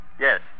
Yes